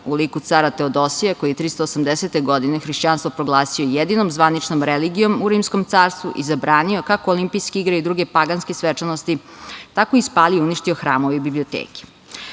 u lidu cara Teodosija, koji je 380. godine hrišćanstvo proglasio jedinom zvaničnom religijom u Rimskom carstvu i zabranio kako olimpijske igre i druge paganske svečanosti, tako i spalio i uništio hramove i